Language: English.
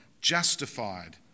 justified